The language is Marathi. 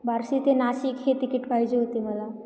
बार्शी ते नाशिक हे तिकीट पाहिजे होते मला